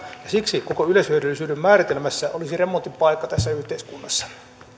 siksi koko yleishyödyllisyyden määritelmässä olisi remontin paikka tässä yhteiskunnassa